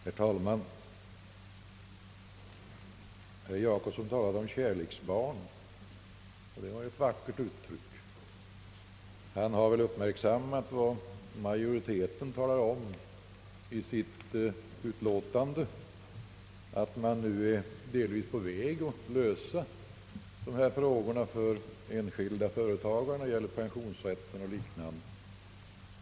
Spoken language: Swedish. Herr talman! Herr Gösta Jacobsson talade om ett kärleksbarn. Det var ett vackert uttryck. Han har väl uppmärksammat vad utskottsmajoriteten säger i sitt betänkande, nämligen att man nu delvis är på väg att lösa dessa frågor för enskilda företagare när det gäller pensionsrätt och liknande.